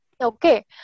Okay